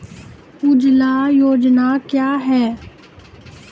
उजाला योजना क्या हैं?